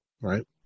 right